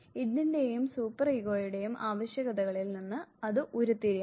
ഇഡിന്റെയും super ഈഗോയുടെയും ആവശ്യകതകളിൽ നിന്ന് അത് ഉരുത്തിരിയണം